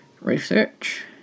research